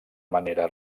manera